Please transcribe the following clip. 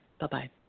Bye-bye